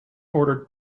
ordered